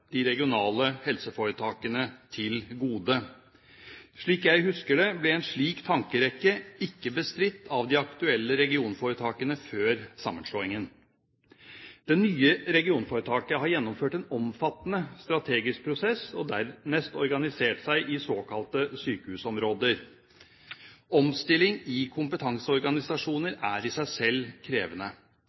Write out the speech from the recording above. de regionale helseforetakene til gode. Slik jeg husker det, ble en slik tankerekke ikke bestridt av de aktuelle regionforetakene før sammenslåingen. Det nye regionforetaket har gjennomført en omfattende strategisk prosess og dernest organisert seg i såkalte sykehusområder. Omstilling i kompetanseorganisasjoner er i seg selv krevende.